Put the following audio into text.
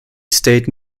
state